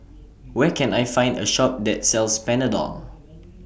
Where Can I Find A Shop that sells Panadol